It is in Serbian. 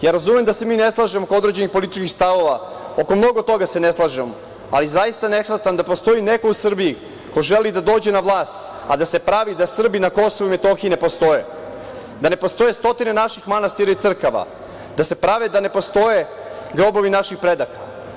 Ja razumem da se mi ne slažemo oko određenih političkih stavova, oko mnogo toga se ne slažemo, ali zaista ne shvatam da postoji neko u Srbiji ko želi da dođe na vlast, a da se pravi da Srbi na Kosovu i Metohiji ne postoje, da ne postoje stotine naših manastira i crkava, da se prave da ne postoje grobovi naših predaka.